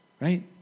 right